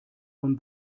von